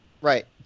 Right